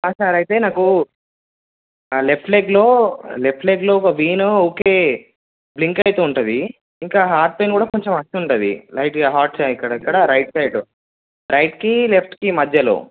sir అయితే నాకు నా లెఫ్ట్ లెగ్లో లెఫ్ట్ లెగ్లో ఒక వీన్ ఊరికే బ్లింక్ అవుతు ఉంటుంది ఇంకా హార్ట్ పెయిన్ కూడా కొంచెం వస్తు ఉంటుంది లైట్గా హార్ట్ అక్కడక్కడ రైట్ సైడ్ రైట్కి లెఫ్ట్ కి మధ్యలో